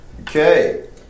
Okay